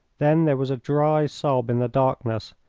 then there was a dry sob in the darkness,